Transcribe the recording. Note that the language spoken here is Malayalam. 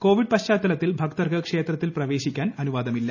കോവിഡ് പശ്ചാത്തലത്തിൽ ഭക്തർക്ക് ക്ഷേത്രത്തിൽ പ്രവേശിക്കാൻ അനുവാദമില്ല